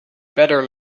better